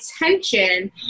attention